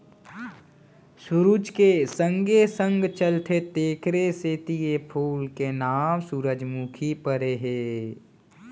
सुरूज के संगे संग चलथे तेकरे सेती ए फूल के नांव सुरूजमुखी परे हे